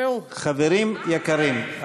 חברים יקרים,